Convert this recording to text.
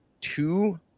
two